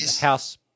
house